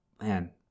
man